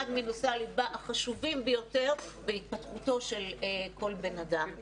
מנושאי הליבה החשובים ביותר בהתפתחותו של כל בן אדם.